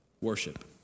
Worship